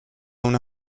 una